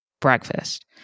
breakfast